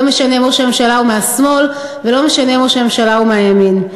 לא משנה אם ראש הממשלה הוא מהשמאל ולא משנה אם ראש הממשלה הוא מהימין.